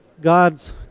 God's